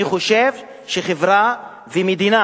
אני חושב שחברה ומדינה